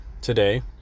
today